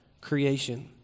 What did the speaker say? creation